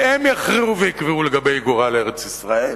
והם יכריעו ויקבעו לגבי גורל ארץ-ישראל